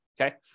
okay